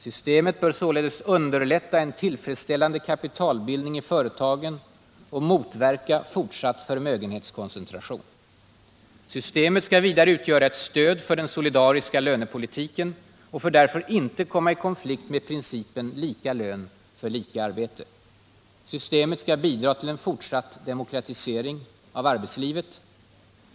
Systemet bör således underlätta en tillfredsställande kapitalbildning i företagen och motverka fortsatt förmögenhetskoncentration. Systemet ska vidare utgöra ett stöd för den solidariska lönepolitiken och får därför ej komma i konflikt med principen lika lön för lika arbete. Systemet ska bidra till en fortsatt demokratisering av arbetslivet.